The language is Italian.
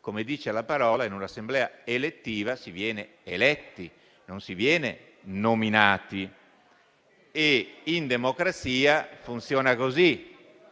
come dice la parola, in un'Assemblea elettiva si viene eletti, non si viene nominati. In democrazia funziona così.